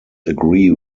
agree